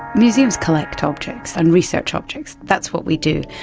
museums collect objects and research objects, that's what we do,